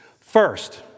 First